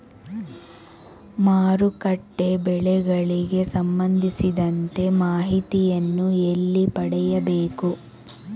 ಮಾರುಕಟ್ಟೆ ಬೆಲೆಗಳಿಗೆ ಸಂಬಂಧಿಸಿದಂತೆ ಮಾಹಿತಿಯನ್ನು ಎಲ್ಲಿ ಪಡೆಯಬೇಕು?